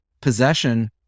possession